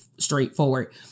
straightforward